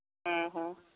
ᱦᱮᱸ ᱦᱮᱸ